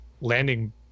landing